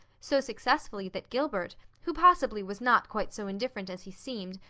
so successfully that gilbert, who possibly was not quite so indifferent as he seemed,